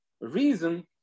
reason